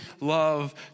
love